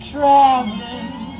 Traveling